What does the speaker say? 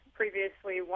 previously